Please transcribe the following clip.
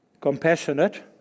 compassionate